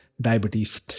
diabetes